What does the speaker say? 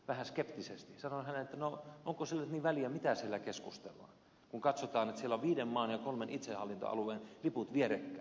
vähän skeptisesti sanoin hänelle että no onko sillä nyt niin väliä mitä siellä keskustellaan kun katsotaan että siellä on viiden maan ja kolmen itsehallintoalueen liput vierekkäin